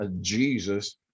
Jesus